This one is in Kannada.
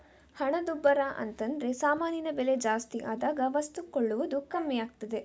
ಹಣದುಬ್ಬರ ಅಂತದ್ರೆ ಸಾಮಾನಿನ ಬೆಲೆ ಜಾಸ್ತಿ ಆದಾಗ ವಸ್ತು ಕೊಳ್ಳುವುದು ಕಮ್ಮಿ ಆಗ್ತದೆ